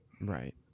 Right